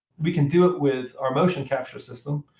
we can do it with our motion capture system,